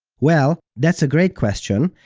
well, that's a great question,